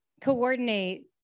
coordinate